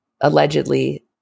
allegedly